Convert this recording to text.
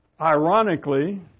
Ironically